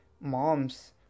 moms